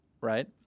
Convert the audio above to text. right